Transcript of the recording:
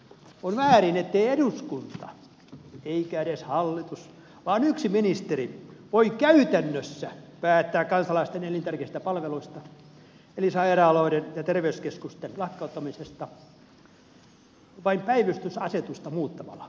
on väärin ettei eduskunta eikä edes hallitus vaan yksi ministeri voi käytännössä päättää kansalaisten elintärkeistä palveluista eli sairaaloiden ja terveyskeskusten lakkauttamisesta vain päivystysasetusta muuttamalla